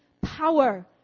power